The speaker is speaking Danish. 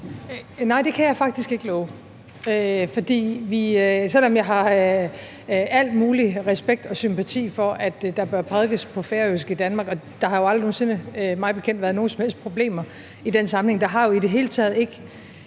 Nej, det kan jeg faktisk ikke love, for selv om jeg har al mulig respekt og sympati for, at der prædikes på færøsk i Danmark – og der har mig bekendt jo aldrig nogen sinde været nogen som helst problemer i den sammenhæng; der har jo i det hele taget ikke